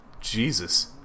Jesus